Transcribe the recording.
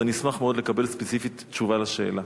ואני אשמח מאוד לקבל ספציפית תשובה על השאלה.